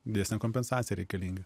didesnė kompensacija reikalinga